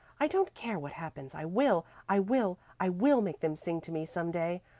i don't care what happens, i will, i will, i will make them sing to me some day.